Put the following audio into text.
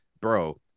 bro